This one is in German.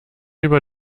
über